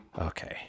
Okay